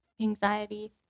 Anxiety